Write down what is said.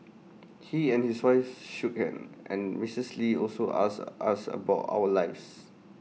he and his wife and Mrs lee also asked us about our lives